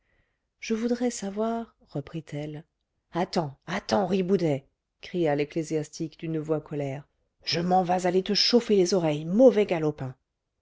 je voudrais savoir reprit-elle attends attends riboudet cria l'ecclésiastique d'une voix colère je m'en vas aller te chauffer les oreilles mauvais galopin